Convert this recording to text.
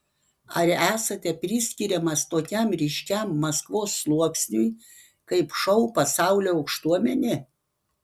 ar esate priskiriamas tokiam ryškiam maskvos sluoksniui kaip šou pasaulio aukštuomenė